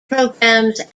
programmes